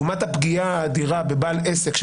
לעומת הפגיעה האדירה בבעל עסק,